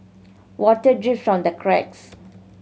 water drips from the cracks